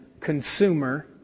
consumer